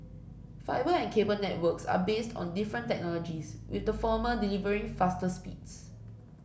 fibre and cable networks are based on different technologies with the former delivering faster speeds